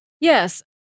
Yes